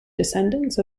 descendants